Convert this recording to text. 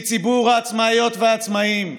מציבור העצמאיות והעצמאים,